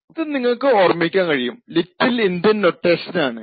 ഇത് നിങ്ങള്ക്ക് ഓർമ്മിക്കാൻ കഴിയും ലിറ്റിൽ ഇന്ത്യൻ നൊട്ടേഷൻ ആണ്